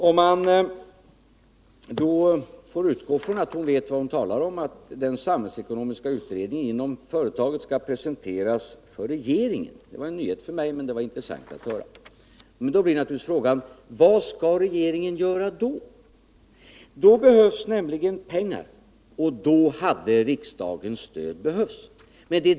Om man utgår från att hon vet vad hon talar om och att den samhällsekonomiska utredningen inom företaget skall presenteras för regeringen —det var en nyhet för mig som var intressant att höra — blir naturligtvis frågan: Vad skall regeringen göra då? Då behövs nämligen pengar, och då hade riksdagens stöd behövts.